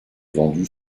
vendus